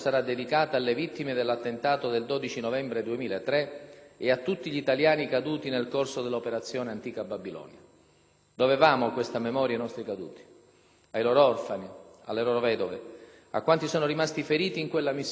Dovevamo questa memoria ai nostri caduti, ai loro orfani, alle loro vedove, a quanti sono rimasti feriti in quella missione, ma ancora di più la dobbiamo ai valori universali di pace, giustizia, libertà, democrazia,